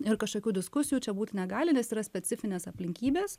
ir kažkokių diskusijų čia būt negali nes yra specifinės aplinkybės